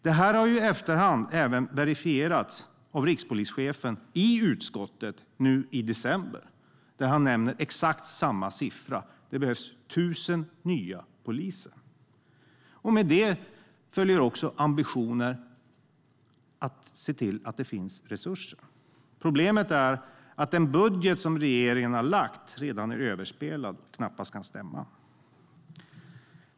Detta har i efterhand, i december, även verifierats av rikspolischefen i utskottet. Han nämner exakt samma siffra. Det behövs 1 000 nya poliser. Med det följer också ambitionen att det ska finnas resurser. Problemet är att den budget regeringen har lagt fram redan är överspelad och knappast kan stämma.